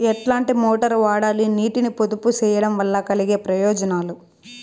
ఎట్లాంటి మోటారు వాడాలి, నీటిని పొదుపు సేయడం వల్ల కలిగే ప్రయోజనాలు?